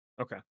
Okay